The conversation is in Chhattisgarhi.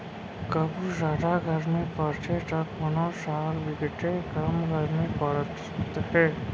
कभू जादा गरमी परथे त कोनो साल बिकटे कम गरमी परत हे